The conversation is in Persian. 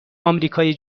آمریکای